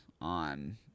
on